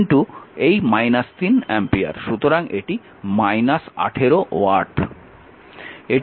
সুতরাং এটি 18 ওয়াট